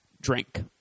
drink